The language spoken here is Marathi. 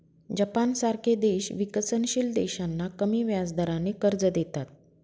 जपानसारखे देश विकसनशील देशांना कमी व्याजदराने कर्ज देतात